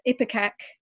Ipecac